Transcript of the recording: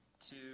two